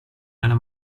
nella